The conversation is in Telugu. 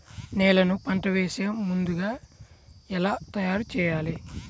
నేలను పంట వేసే ముందుగా ఎలా తయారుచేయాలి?